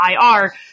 IR